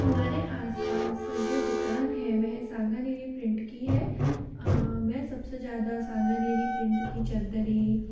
हमारे आसपास जो दुकान है वह सांगानेरी प्रिंट की है मैं सबसे ज़्यादा सांगानेरी प्रिंट की चद्दरें